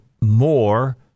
more